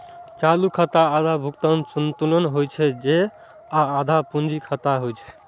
चालू खाता आधा भुगतान संतुलन होइ छै आ आधा पूंजी खाता होइ छै